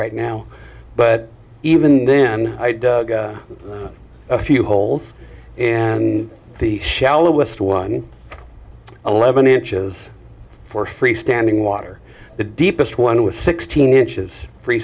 right now but even then a few holes and the shallowest one eleven inches for free standing water the deepest one with sixteen inches free